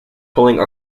pulling